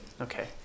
Okay